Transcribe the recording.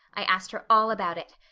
i asked her all about it.